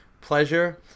pleasure